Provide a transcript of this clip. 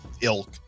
ilk